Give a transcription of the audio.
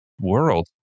world